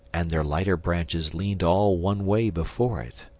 and their lighter branches leaned all one way before it.